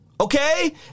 Okay